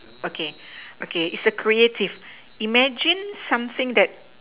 okay okay it's a creative imagine something that